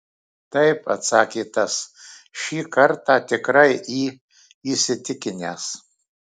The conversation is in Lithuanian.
taip atsakė tas šį kartą tikrai į įsitikinęs